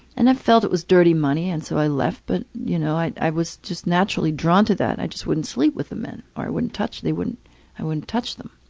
and i felt it was dirty money and so i left the but you know, i i was just naturally drawn to that. i just wouldn't sleep with the men or i wouldn't touch they wouldn't i wouldn't touch them.